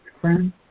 friend